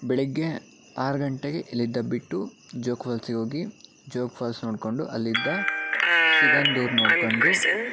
ಬೆಳಗ್ಗೆ ಆರು ಗಂಟೆಗೆ ಇಲ್ಲಿಂದ ಬಿಟ್ಟು ಜೋಗ್ ಫಾಲ್ಸಿಗೆ ಹೋಗಿ ಜೋಗ್ ಫಾಲ್ಸ್ ನೋಡಿಕೊಂಡು ಅಲ್ಲಿಂದ ಸಿಗಂಧೂರು ನೋಡಿಕೊಂಡು